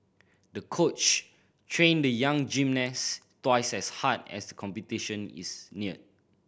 the coach trained the young gymnast twice as hard as the competition is neared